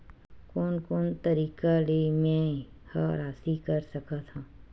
कोन कोन तरीका ले मै ह राशि कर सकथव?